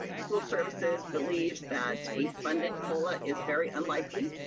school services believes that a funded cola is very unlikely,